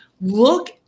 look